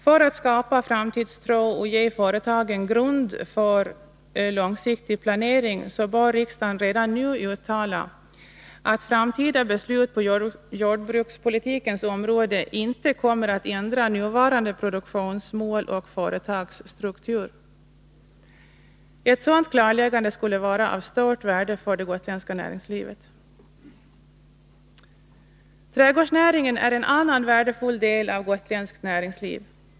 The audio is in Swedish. För att skapa framtidstro och ge företagen grund för långsiktig planering bör riksdagen redan nu uttala att framtida beslut på jordbrukspolitikens område inte kommer att ändra nuvarande produktionsmål och företagsstruktur. Ett sådant klarläggande skulle vara av stort värde för det gotländska näringslivet. Trädgårdsnäringen är en annan värdefull del av gotländskt näringsliv.